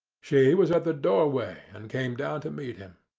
she was at the doorway, and came down to meet him.